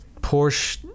Porsche